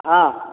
ହଁ